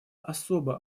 особо